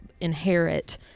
inherit